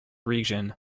region